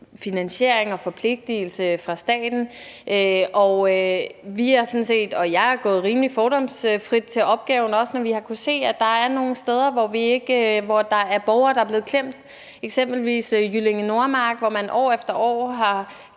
finansiering og en forpligtelse fra statens side. Vi er sådan set gået rimelig fordomsfrit til opgaven, også når vi har kunnet se, at der er nogle steder, hvor der er borgere, der er blevet klemt, eksempelvis i Jyllinge Nordmark, hvor man år efter år har